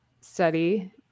study